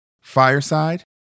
Fireside